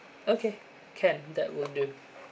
okay can that will do